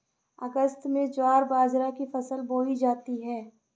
अगस्त में ज्वार बाजरा की फसल बोई जाती हैं